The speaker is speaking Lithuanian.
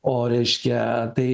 o reiškia tai